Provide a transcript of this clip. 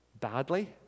badly